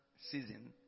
season